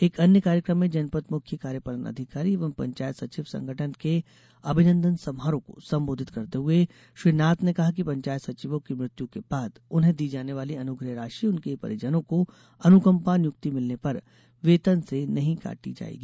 एक अन्य कार्यक्रम में जनपद मुख्य कार्यपालन अधिकारी एवं पंचायत सचिव संगठन के अभिनंदन समारोह को संबोधित करते हुए श्री नाथ ने कहा कि पंचायत सचिवों की मृत्यू के बाद उन्हें दी जाने वाली अनुग्रह राशि उनके परिजनों को अनुकंपा नियुक्ति मिलने पर वेतन से नहीं काटा जायेगा